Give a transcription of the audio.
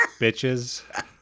Bitches